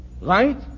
Right